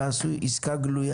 אלא הם עשו עסקה גלויה.